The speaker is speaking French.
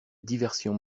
diversion